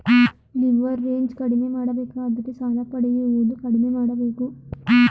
leverage ಕಡಿಮೆ ಮಾಡಬೇಕಾದರೆ ಸಾಲ ಪಡೆಯುವುದು ಕಡಿಮೆ ಮಾಡಬೇಕು